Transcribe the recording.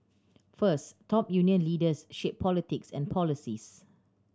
first top union leaders shape politics and policies